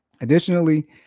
Additionally